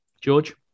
George